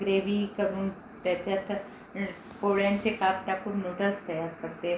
gravy करून त्याच्यात णं पोळ्यांचे काप टाकून नूडल्स तयार करते